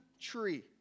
tree